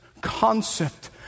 concept